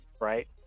right